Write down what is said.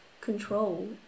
control